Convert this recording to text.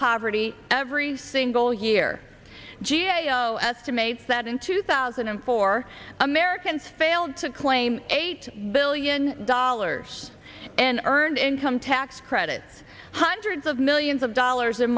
poverty every single year g a o estimates that in two thousand and four americans failed to claim eight billion dollars and earned income tax credit hundreds of millions of dollars in